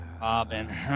Robin